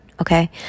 okay